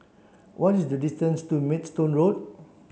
what is the distance to Maidstone Road